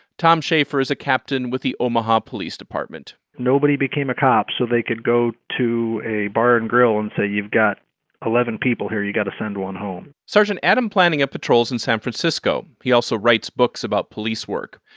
tom shaffer is a captain with the omaha police department nobody became a cop so they could go to a bar and grill and say, you've got eleven people here. you've got to send one home sergeant adam plantinga patrols in san francisco. he also writes books about police work.